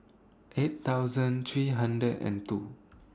eight thousand three hundred and two